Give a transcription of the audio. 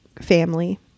family